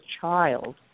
child